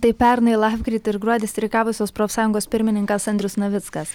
tai pernai lapkritį ir gruodį streikavusios profsąjungos pirmininkas andrius navickas